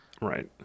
Right